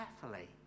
carefully